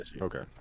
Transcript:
Okay